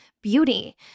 beauty